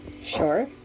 Sure